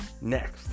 Next